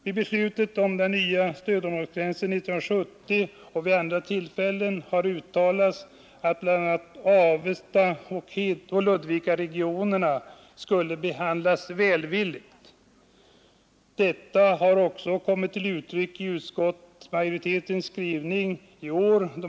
Vid beslutet om den nya stödområdesgränsen 1970 och vid andra tillfällen har det uttalats, att bl.a. Avestaoch Ludvikaregionerna skulle behandlas välvilligt. Detta kommer också till uttryck i utskottsmajoritetens skrivning i år.